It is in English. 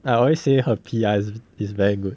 I always say her P_R is very good